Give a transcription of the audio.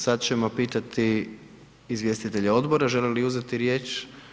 Sad ćemo pitati izvjestitelja odbora želi li uzeti riječ?